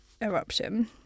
eruption